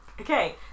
Okay